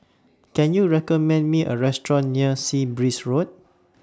Can YOU recommend Me A Restaurant near Sea Breeze Road